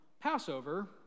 Passover